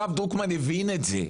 הרב דרוקמן הבין את זה.